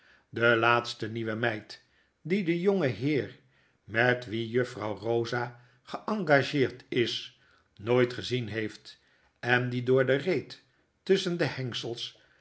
de laatste nieuwe meid die den jongenheer met wien juffrouw rosa geengageerd is nooit gezien heeft en die door de reet tusschen de hengsels